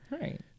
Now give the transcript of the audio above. Right